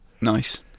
Nice